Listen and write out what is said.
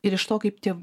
ir iš to kaip tie